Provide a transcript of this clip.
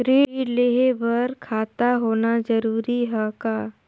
ऋण लेहे बर खाता होना जरूरी ह का?